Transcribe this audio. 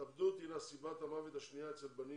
ההתאבדות הינה סיבת המוות השנייה אצל בנים